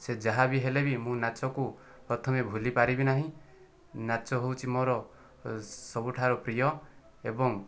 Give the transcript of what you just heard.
ସେ ଯାହା ବି ହେଲେ ବି ମୁଁ ନାଚକୁ ପ୍ରଥମେ ଭୁଲିପାରିବିନାହିଁ ନାଚ ହେଉଛି ମୋର ସବୁଠାରୁ ପ୍ରିୟ ଏବଂ